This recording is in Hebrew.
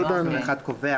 סעיף 21 קובע